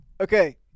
Okay